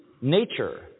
nature